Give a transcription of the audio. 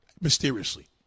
Mysteriously